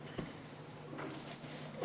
תודה,